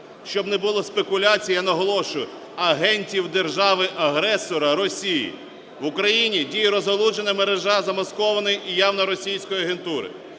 Щоб не було спекуляцій, я наголошую, агентів держави-агресора Росії. В Україні діє розгалужена мережа замаскованої і явно російської агентури.